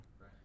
Right